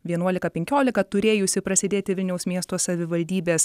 vienuolika penkiolika turėjusi prasidėti vilniaus miesto savivaldybės